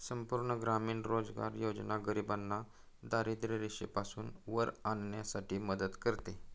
संपूर्ण ग्रामीण रोजगार योजना गरिबांना दारिद्ररेषेपासून वर आणण्यासाठी मदत करते